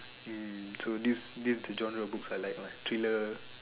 mm true this this genre of books I like lah thriller